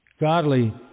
godly